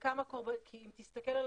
כי אם תסתכל,